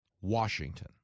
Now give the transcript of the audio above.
Washington